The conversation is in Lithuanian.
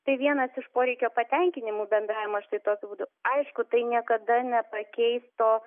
tai vienas iš poreikio patenkinimų bendravimo štai tokiu būdu aišku tai niekada nepakeis to